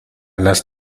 las